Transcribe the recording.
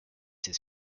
his